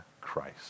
christ